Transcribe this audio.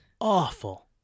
Awful